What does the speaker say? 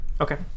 Okay